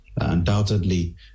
Undoubtedly